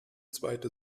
zweite